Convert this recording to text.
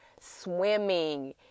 swimming